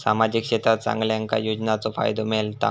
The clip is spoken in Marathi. सामाजिक क्षेत्रात सगल्यांका योजनाचो फायदो मेलता?